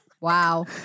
Wow